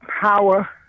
power